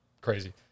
crazy